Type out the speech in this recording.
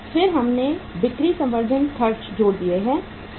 फिर हमने बिक्री संवर्धन खर्च जोड़ दिए हैं